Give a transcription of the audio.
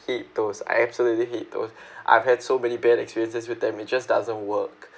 hate those I absolutely hate those I've had so many bad experiences with them it just doesn't work